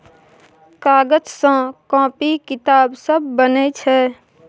कागज सँ कांपी किताब सब बनै छै